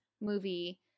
movie